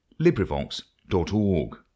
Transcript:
LibriVox.org